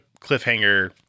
cliffhanger